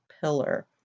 pillar